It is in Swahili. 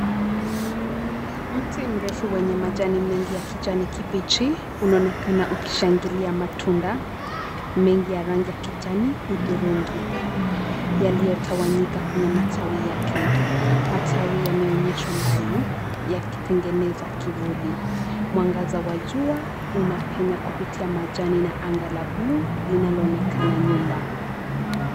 Mti mrefu wenye majani mengi ya kijani kibichi unaonekana ukishangilia matunda, mengi ya rangi ya kijani hudhurungi yaliyotawanyika kwenye matawi yake. Matawi yameonyeshwa mbali, yakitengeneza kivuli. Mwangaza wa jua unapenya kupitia majani na anga la bluu linaloonekana nyuma.